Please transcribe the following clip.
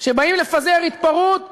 שבאים לפזר התפרעות ובורחים,